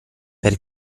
per